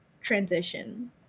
transition